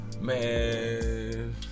Man